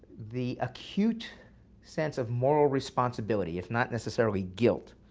the acute sense of moral responsibility, if not necessarily guilt,